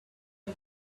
boy